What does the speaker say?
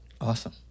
Awesome